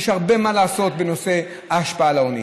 יש הרבה מה לעשות בנושא ההשפעה על העוני,